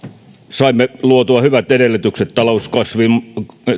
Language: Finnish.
saimme luotua hyvät edellytykset talouskasvullemme